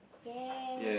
ya